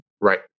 Right